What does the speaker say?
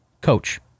Coach